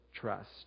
trust